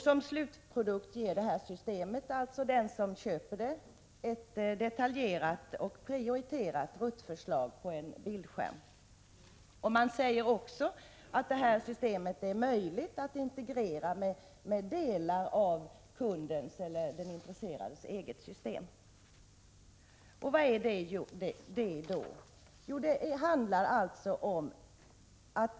Som slutprodukt ger detta system till den som köper det ett detaljerat och prioriterat ruttförslag på en bildskärm. Man säger också att systemet är möjligt att integrera med delar av kundens eller den intresserades eget system. Vad är då postens transportplaneringssystem för system?